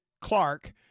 Clark